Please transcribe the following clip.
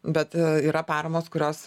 bet yra paramos kurios